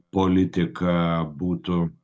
politiką būtų